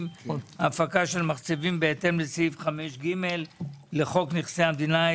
הפקה של מחצבים בהתאם לסעיף 5(ג) לחוק נכסי המדינה,